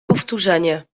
powtórzenie